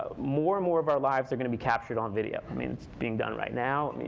ah more and more of our lives are going to be captured on video. i mean, it's being done right now.